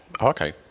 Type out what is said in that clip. Okay